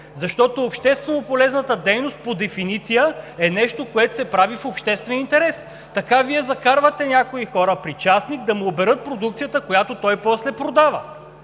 защото общественополезната дейност по дефиниция е нещо, което се прави в обществен интерес. Така Вие закарвате някои хора при частник да му оберат продукцията, която той после продава.